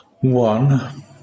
One